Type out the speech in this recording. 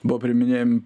buvo priiminėjami